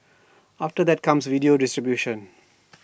after that comes video distribution